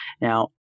Now